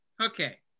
Okay